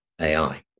AI